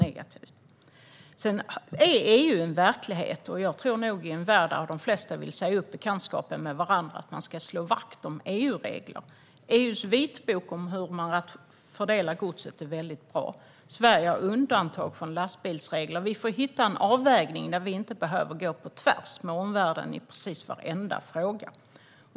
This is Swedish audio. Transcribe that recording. Sedan är EU en verklighet, och i en värld där de flesta vill säga upp bekantskapen med varandra tror jag att man ska slå vakt om EU-regler. EU:s vitbok om hur man fördelar godset är väldigt bra. Sverige har undantag från lastbilsregler. Vi får försöka hitta en avvägning så att vi inte behöver gå på tvärs med omvärlden i precis varenda fråga.